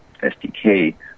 SDK